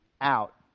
out